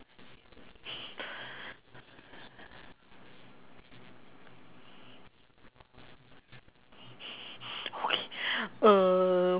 okay uh